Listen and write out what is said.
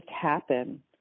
happen